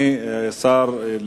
2009):